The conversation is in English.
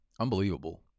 unbelievable